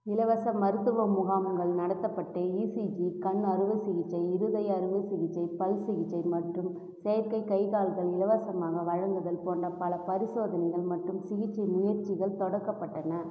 இலவச மருத்துவ முகாம்கள் நடத்தப்பட்டு இசிஜி கண் அறுவை சிகிச்சை இருதய அறுவை சிகிச்சை பல் சிகிச்சை மற்றும் செயற்கை கை கால்கள் இலவசமாக வழங்குதல் போன்ற பல பரிசோதனைகள் மற்றும் சிகிச்சை முயற்சிகள் தொடக்கப்பட்டன